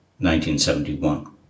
1971